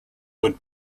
would